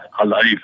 alive